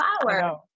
flower